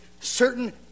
certain